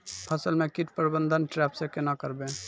फसल म कीट प्रबंधन ट्रेप से केना करबै?